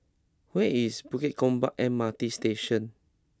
where is Bukit Gombak M R T Station